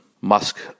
musk